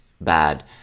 bad